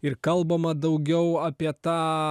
ir kalbama daugiau apie tą